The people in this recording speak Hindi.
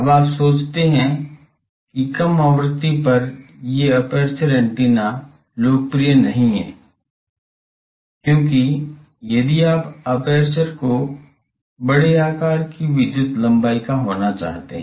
अब आप सोचते हैं कि कम आवृत्ति पर ये एपर्चर एंटीना लोकप्रिय नहीं हैं क्योंकि यदि आप एपर्चर को बड़े आकार की विद्युत लंबाई का होना चाहते हैं